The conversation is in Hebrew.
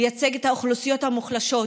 לייצג את האוכלוסיות המוחלשות.